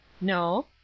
No